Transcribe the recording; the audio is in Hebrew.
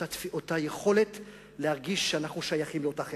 אותה יכולת להרגיש שאנחנו שייכים לאותה חברה.